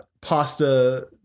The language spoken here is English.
pasta